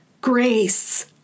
grace